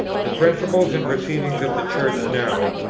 the principles and proceedings of the church now,